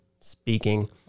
speaking